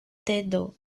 tedo